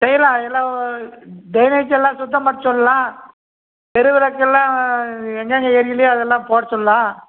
செய்யலாம் எல்லாம் ட்ரைனேஜ் எல்லாம் சுத்தம் பண்ண சொல்லலாம் தெருவிளக்கெல்லாம் எங்கெங்கே எரியலையோ அதெல்லாம் போட சொல்லலாம்